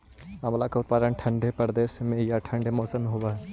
आंवला का उत्पादन ठंडे प्रदेश में या ठंडे मौसम में होव हई